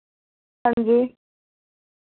हांजी